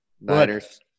Niners